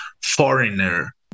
foreigner